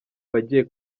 bagiye